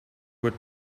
would